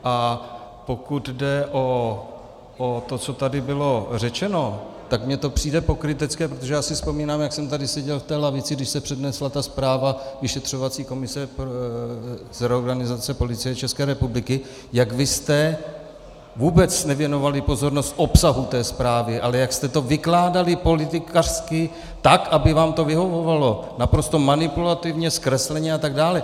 A pokud jde o to, co tady bylo řečeno, tak mi to přijde pokrytecké, protože si vzpomínám, jak jsem tady seděl v té lavici, když se přednesla ta zpráva vyšetřovací komise z reorganizace Policie České republiky, jak jste vůbec nevěnovali pozornost obsahu té zprávy, ale jak jste to vykládali politikářsky tak, aby vám to vyhovovalo, naprosto manipulativně, zkresleně atd.